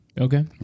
Okay